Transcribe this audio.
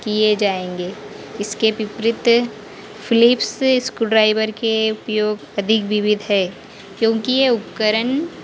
किए जाएँगे इसके विपरीत फ़िलिप्स स्क्रू ड्राइवर के उपयोग अधिक विविध है क्योंकि ये उपकरण